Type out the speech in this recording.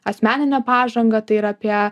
asmeninę pažangą tai yra apie